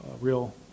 real